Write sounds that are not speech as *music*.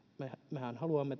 mehän haluamme *unintelligible*